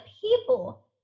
people